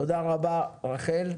תודה רבה רחל.